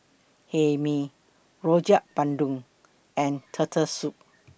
Hae Mee Rojak Bandung and Turtle Soup